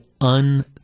un